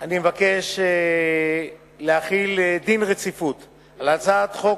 אני מבקש להחיל דין רציפות על הצעת חוק